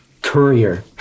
courier